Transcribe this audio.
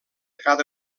cada